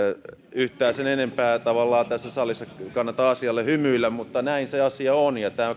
yhtään sen enempää tavallaan tässä salissa ei kannata asialle hymyillä mutta näin se asia on